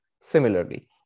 similarly